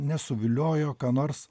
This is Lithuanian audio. nesuviliojo nors